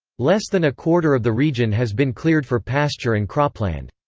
less than a quarter of the region has been cleared for pasture and cropland.